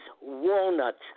walnuts